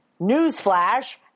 newsflash